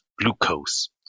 glucose